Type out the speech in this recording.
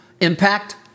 Impact